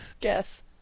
guess